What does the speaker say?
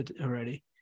already